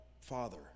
father